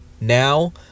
Now